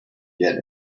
get